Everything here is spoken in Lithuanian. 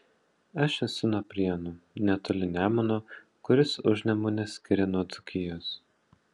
aš esu nuo prienų netoli nemuno kuris užnemunę skiria nuo dzūkijos